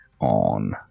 on